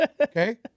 Okay